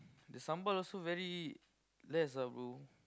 the sambal also very less ah bro